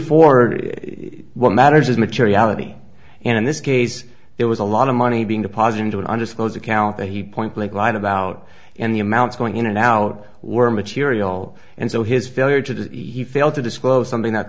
it what matters is materiality and in this case there was a lot of money being deposited into an undisclosed account that he point blank lied about and the amounts going in and out were material and so his failure to do that he failed to disclose something that